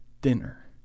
dinner